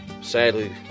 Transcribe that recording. sadly